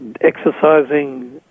exercising